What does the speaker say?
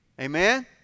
Amen